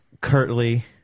curtly